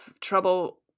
trouble